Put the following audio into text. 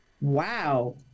Wow